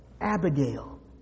Abigail